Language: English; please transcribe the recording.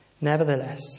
Nevertheless